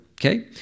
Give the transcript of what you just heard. Okay